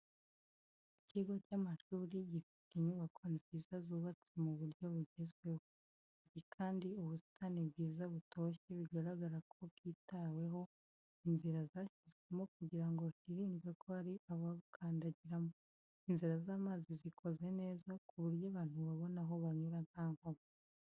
Ikigo cy'amashuri gifite inyubako nziza zubatse mu buryo bugezweho, hari kandi ubusitani bwiza butoshye bigaragara ko bwitaweho, inzira zashyizwemo kugira ngo hirindwe ko hari ababukandagiramo, inzira z'amazi zikoze neza ku buryo abantu babona aho banyura nta nkomyi.